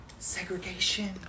Segregation